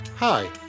Hi